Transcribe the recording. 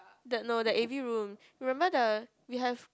that no the a_v remember the we have